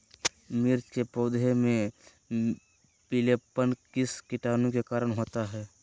मिर्च के पौधे में पिलेपन किस कीटाणु के कारण होता है?